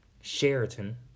Sheraton